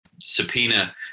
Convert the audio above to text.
subpoena